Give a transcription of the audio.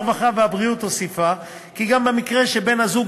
הרווחה והבריאות הוסיפה כי גם במקרה שבן-הזוג